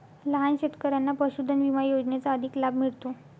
लहान शेतकऱ्यांना पशुधन विमा योजनेचा अधिक लाभ मिळतो